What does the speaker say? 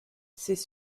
ses